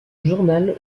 journal